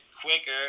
quicker